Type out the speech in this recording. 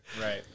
Right